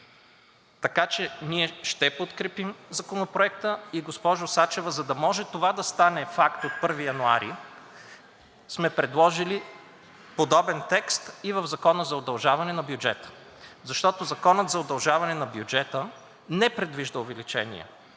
Така че ние ще подкрепим Законопроекта. И госпожо Сачева, за да може това да стане факт от 1 януари, сме предложили подобен текст и в Закона за удължаване на бюджета, защото Законът за удължаване на бюджета не предвижда увеличение